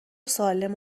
سالم